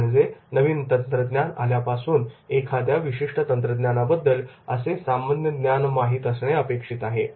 ते म्हणजे नवीन तंत्रज्ञान आल्यापासून एखाद्या विशिष्ट तंत्रज्ञानाबद्दल असे सामान्यज्ञान माहीत असणे अपेक्षित आहे